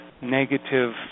negative